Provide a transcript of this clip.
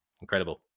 Incredible